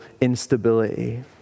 instability